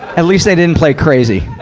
at least they didn't play crazy.